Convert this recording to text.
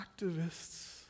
activists